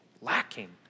lacking